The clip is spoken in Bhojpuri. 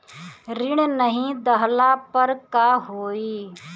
ऋण नही दहला पर का होइ?